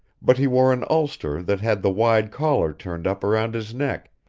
but he wore an ulster that had the wide collar turned up around his neck,